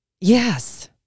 Yes